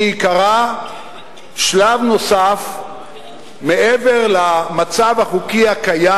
שעיקרה שלב נוסף מעבר למצב החוקי הקיים,